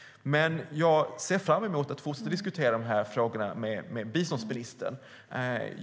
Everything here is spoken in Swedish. Jag ser fram emot att fortsätta diskutera de här frågorna med biståndsministern.